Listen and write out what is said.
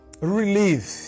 relief